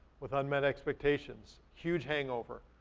with unmet expectations, huge hangover.